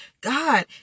God